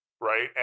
right